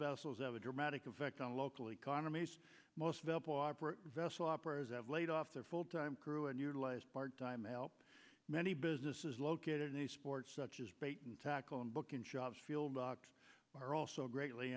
vessels have a dramatic effect on local economies most vessel operators have laid off their full time crew and utilize part time al many businesses located in a sport such as bait and tackle and booking jobs field locks are also greatly